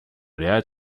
ряд